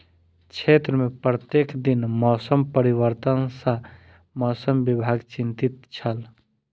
क्षेत्र में प्रत्येक दिन मौसम परिवर्तन सॅ मौसम विभाग चिंतित छल